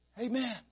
Amen